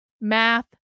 math